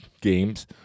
games